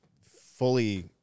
fully